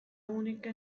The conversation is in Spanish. única